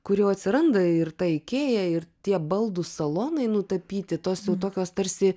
kur jau atsiranda ir ta ikėja ir tie baldų salonai nutapyti tos jau tokios tarsi